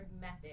method